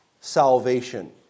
salvation